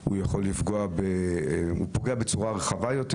הוא פוגע בצורה רחבה יותר.